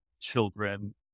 children